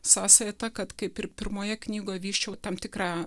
sąsaja ta kad kaip ir pirmoje knygoj vysčiau tam tikrą